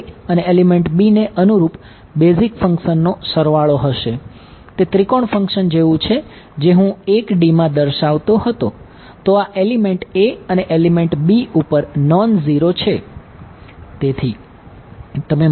તેથી તમે માની શકો છો કે હું કન્વેન્શનનો ઉપયોગ કરવા માંગુ છું